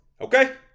Okay